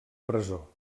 presó